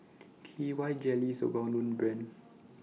K Y Jelly IS A Well known Brand